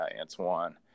Antoine